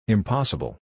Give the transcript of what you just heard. Impossible